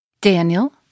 Daniel